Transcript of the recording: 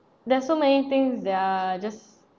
there's so many things that are just